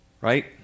right